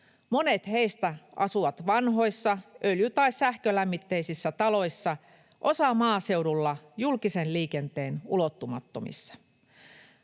Monet heistä asuvat vanhoissa öljy‑ tai sähkölämmitteisissä taloissa, osa maaseudulla julkisen liikenteen ulottumattomissa.